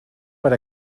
per